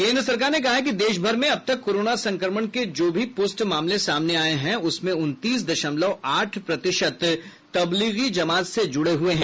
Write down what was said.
केन्द्र सरकार ने कहा है कि देशभर में अब तक कोरोना संक्रमण के जो भी पुष्ट मामले सामने आये हैं उसमें उनतीस दशमलव आठ प्रतिशत तबलीगी जमात से जुड़े हुये हैं